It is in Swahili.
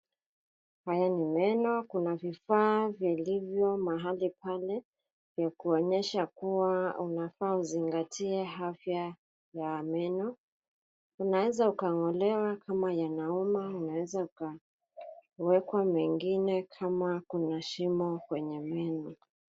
Haya ni meno. Kuna vifaa vilivyo mahali pale, vya kuonyesha kuwa unafaa uzingatie afya ya meno. Unaweza ukang'olewa kama yanauma, unaweza ukawekwa mengine kama kuna shimo kwenye meno.